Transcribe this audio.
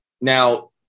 now